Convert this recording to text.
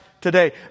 today